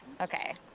Okay